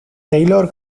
taylor